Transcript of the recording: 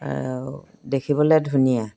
দেখিবলৈ ধুনীয়া